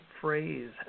phrase